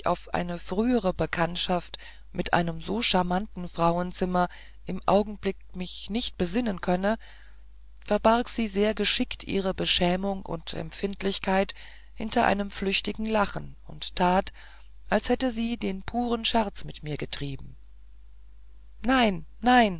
eine frühere bekanntschaft mit einem so charmanten frauenzimmer im augenblick mich nicht besinnen könne verbarg sie sehr geschickt ihre beschämung und empfindlichkeit hinter ein flüchtiges lachen und tat als hätte sie den puren scherz mit mir getrieben nein nein